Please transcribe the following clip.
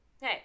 Hey